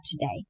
today